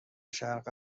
شرق